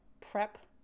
prep